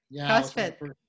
CrossFit